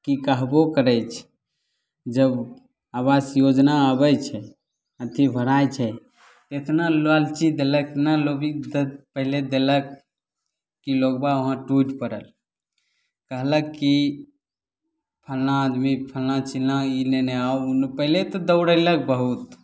की कहबो करैत छै जब आबास योजना आबैत छै अथी भराय छै इतना लालची देलक इतना लोभी पहिले देलक कि लोग बाग वहाँ टूटि पड़ल कहलक की फलना आदमी फलना चिलना ई लेने आउ ओ पहिले तऽ दौड़ेलक बहुत